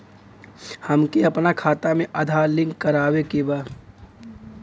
हमके अपना खाता में आधार लिंक करावे के बा?